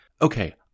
Okay